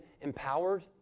empowered